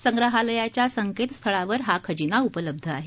संग्रहालयाच्या संकेतस्थळावर हा खजिना उपलब्ध आहे